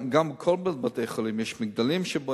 בכל בתי-החולים בונים מגדלים.